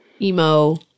emo